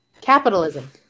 Capitalism